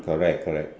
correct correct